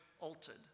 altered